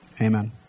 Amen